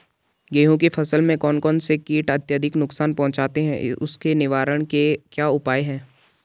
गेहूँ की फसल में कौन कौन से कीट अत्यधिक नुकसान पहुंचाते हैं उसके निवारण के क्या उपाय हैं?